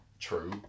True